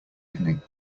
evening